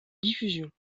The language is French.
diffusion